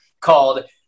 called